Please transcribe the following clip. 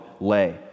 lay